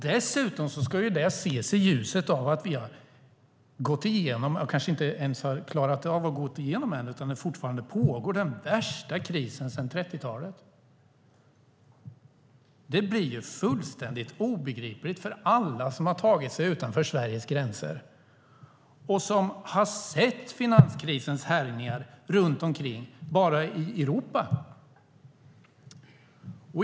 Det ska dessutom ses i ljuset av att den värsta krisen sedan 30-talet pågår. Det blir fullständigt obegripligt för alla som har tagit sig utanför Sveriges gränser och som har sett finanskrisens härjningar bara i Europa.